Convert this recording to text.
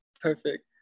Perfect